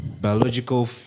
biological